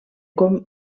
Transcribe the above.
com